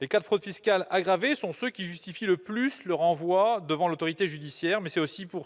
Les cas de fraude fiscale aggravée sont ceux qui justifient le plus le renvoi devant l'autorité judiciaire, mais ce sont aussi ceux